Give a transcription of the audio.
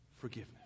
forgiveness